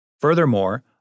Furthermore